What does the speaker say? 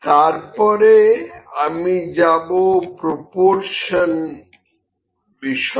তারপরে আমি যাবো প্রপরশন বিষয়ে